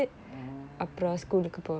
oh